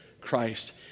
Christ